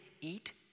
eat